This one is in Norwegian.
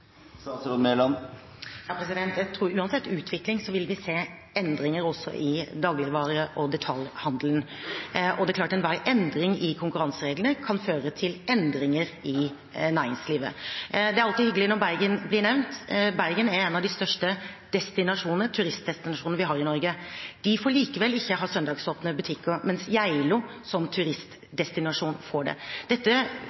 Jeg tror at vi uansett utvikling vil se endringer også i dagligvare- og detaljhandelen. Det er klart at enhver endring i konkurransereglene kan føre til endringer i næringslivet. Det er alltid hyggelig når Bergen blir nevnt. Bergen er en av de største turistdestinasjonene vi har i Norge. De får likevel ikke ha søndagsåpne butikker, mens Geilo som turistdestinasjon får det. Dette